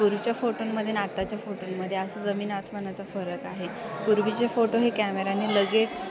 पूर्वीच्या फोटोंमध्ये न आताच्या फोटोंमध्ये असं जमीन अस्मानाचा फरक आहे पूर्वीचे फोटो हे कॅमेऱ्याने लगेच